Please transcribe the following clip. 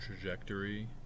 trajectory